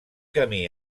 camí